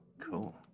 cool